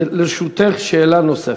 לרשותך שאלה נוספת.